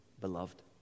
beloved